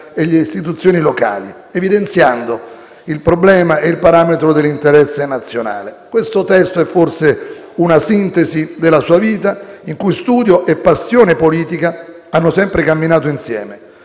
e le istituzioni locali, evidenziando il problema e il parametro dell'interesse nazionale. Questo testo è forse una sintesi della sua vita, in cui studio e passione politica hanno sempre camminato insieme.